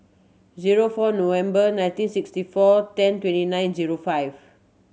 zero four November nineteen sixty four ten twenty nine zero five